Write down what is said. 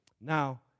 Now